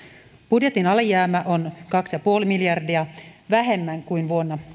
budjetin alijäämä on kaksi pilkku viisi miljar dia vähemmän kuin